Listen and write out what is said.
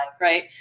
right